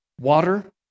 water